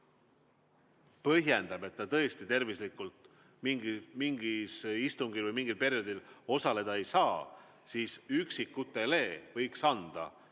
põhjendab, et ta tõesti tervislikel [põhjustel] mingil istungil või mingil perioodil osaleda ei saa, siis üksikutele võiks anda